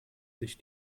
sich